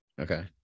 okay